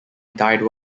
died